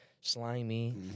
slimy